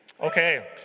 Okay